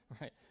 Right